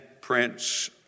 Prince